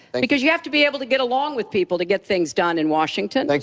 because you have to be able to get along with people to get things done in washington. like